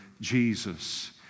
Jesus